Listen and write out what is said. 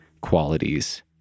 qualities